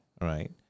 Right